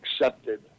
accepted